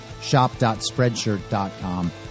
shop.spreadshirt.com